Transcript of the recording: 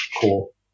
cool